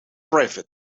pvt